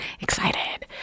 excited